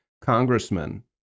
congressman